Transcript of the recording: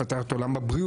לפתח את עולם הבריאות,